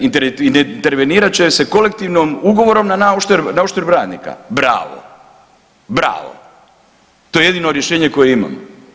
Intervenirat će se kolektivnim ugovorom na uštrb radnika, bravo, bravo, to je jedino rješenje koje imamo.